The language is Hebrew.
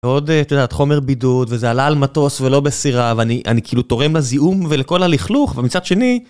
עוד אה.. את יודעת.. חומר בידוד וזה עלה על מטוס ולא בסירה ואני, אני כאילו תורם לזיהום ולכל הלכלוך ומצד שני.